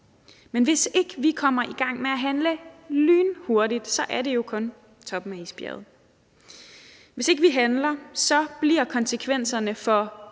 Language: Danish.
Men hvis ikke vi kommer i gang med at handle lynhurtigt, er det jo kun toppen af isbjerget. Hvis ikke vi handler, bliver konsekvenserne for